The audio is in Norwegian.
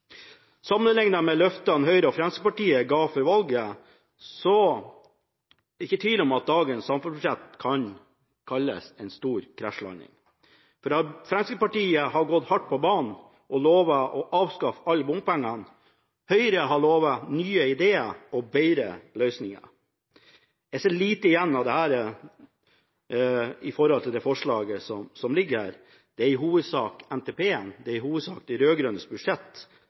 Sammenlignet med løftene Høyre og Fremskrittspartiet ga før valget, er det ikke tvil om at dagens samferdselsbudsjett kan kalles en stor krasjlanding. Fremskrittspartiet har gått hardt på banen og lovet å avskaffe alle bompenger, Høyre har lovet nye ideer og bedre løsninger. Jeg ser lite igjen av dette i det forslaget som ligger her. Det er i hovedsak NTP-en, de rød-grønnes budsjett, som ligger til behandling i